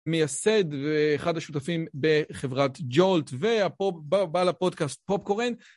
מייסד ואחד השותפים בחברת ג'ולט והפופ... בא לפודקאסט פופקורן.